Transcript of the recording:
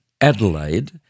Adelaide